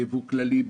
בייבוא כללי,